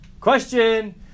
Question